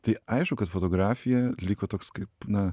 tai aišku kad fotografija liko toks kaip na